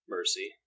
Mercy